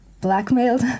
blackmailed